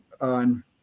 on